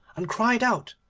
and cried out,